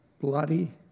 bloody